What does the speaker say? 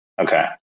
Okay